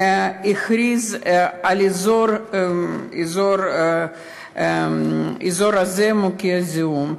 הכריז על האזור הזה מוכה זיהום.